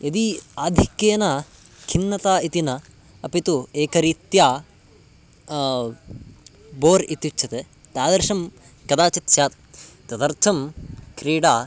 यदि आधिक्येन खिन्नता इति न अपि तु एकरीत्या बोर् इत्युच्यते तादृशं कदाचित् स्यात् तदर्थं क्रीडा